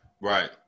right